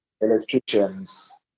electricians